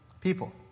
people